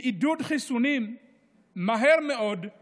מעידוד חיסונים מהר מאוד הוא